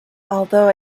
although